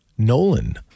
Nolan